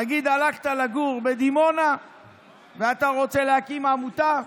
נגיד, הלכת לגור בדימונה ואתה רוצה להקים עמותה,